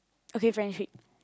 okay friendship